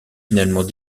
finalement